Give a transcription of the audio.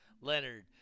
leonard